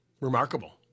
remarkable